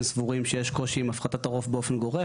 סבורים שיש קושי עם הפחתת הרוב באופן גורף,